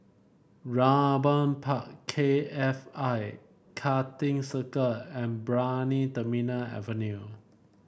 Raeburn Park K F I Karting Circuit and Brani Terminal Avenue